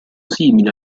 simile